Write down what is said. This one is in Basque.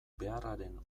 beharraren